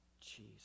Jesus